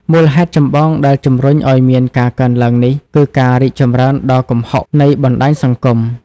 មូលហេតុចម្បងដែលជំរុញឱ្យមានការកើនឡើងនេះ គឺ ការរីកចម្រើនដ៏គំហុកនៃបណ្តាញសង្គម។